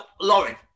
Laurie